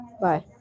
Bye